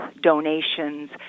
donations